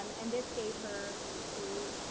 um and this gave her a,